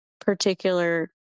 particular